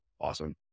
Awesome